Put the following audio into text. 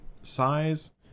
size